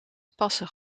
passen